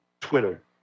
Twitter